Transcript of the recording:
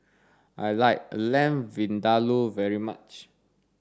I like Lamb Vindaloo very much